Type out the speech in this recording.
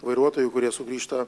vairuotojų kurie sugrįžta